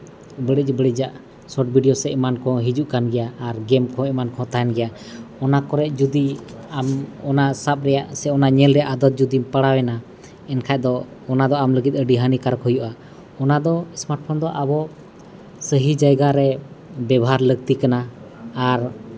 ᱵᱟᱹᱲᱤᱡ ᱵᱟᱹᱲᱤᱡᱟᱜ short video ᱥᱮ ᱮᱢᱟᱱ ᱠᱚ ᱦᱤᱡᱩᱜ ᱠᱟᱱ ᱜᱮᱭᱟ ᱟᱨ ᱜᱮᱹᱢ ᱠᱚᱦᱚᱸ ᱮᱢᱟᱱ ᱠᱚᱦᱚᱸ ᱛᱟᱦᱮᱱ ᱜᱮᱭᱟ ᱚᱱᱟ ᱠᱚᱨᱮ ᱡᱩᱫᱤ ᱟᱢ ᱚᱱᱟ ᱥᱟᱵ ᱨᱮᱭᱟᱜ ᱥᱮ ᱚᱱᱟ ᱧᱮᱞ ᱨᱮᱭᱟᱜ ᱟᱫᱟᱛ ᱡᱩᱫᱤ ᱯᱟᱲᱟᱣᱮᱱᱟ ᱮᱱᱠᱷᱟᱡ ᱫᱚ ᱚᱱᱟ ᱫᱚ ᱟᱢ ᱞᱟᱹᱜᱤᱫ ᱟᱹᱰᱤ ᱦᱟᱹᱱᱤᱠᱟᱨᱚᱠ ᱦᱩᱭᱩᱜᱼᱟ ᱚᱱᱟ ᱫᱚ ᱮᱥᱢᱟᱴ ᱯᱷᱳᱱ ᱫᱚ ᱟᱵᱚ ᱥᱟᱹᱦᱤ ᱡᱟᱭᱜᱟ ᱨᱮ ᱵᱮᱵᱷᱟᱨ ᱞᱟᱹᱠᱛᱤ ᱠᱟᱱᱟ ᱟᱨ